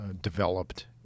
developed